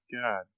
God